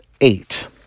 eight